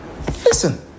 Listen